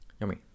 Yummy